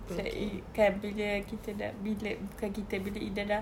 sei~ kan bila kita sudah bila bukan kita bila ida sudah